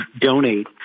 donate